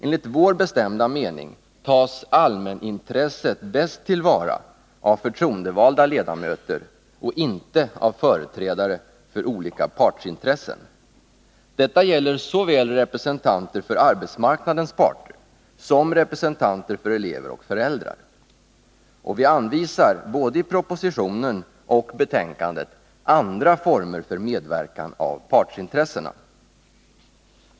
Enligt vår bestämda mening tas allmänintresset bäst till vara av förtroendevalda ledamöter och inte av företrädare för olika partsintressen. Detta gäller såväl representanter för arbetsmarknadens parter som representanter för elever och föräldrar. Och vi anvisar både i propositionen och i utskottsbetänkandet andra former för medverkan av partsintressena.